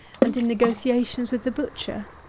and in negotiations with the butcher.